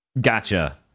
Gotcha